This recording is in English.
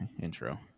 Intro